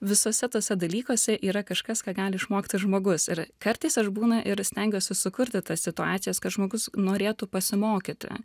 visuose tuose dalykuose yra kažkas ką gali išmokti žmogus ir kartais aš būna ir stengiuosi sukurti tas situacijas kad žmogus norėtų pasimokyti